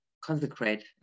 consecrate